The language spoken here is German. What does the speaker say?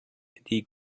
die